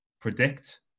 predict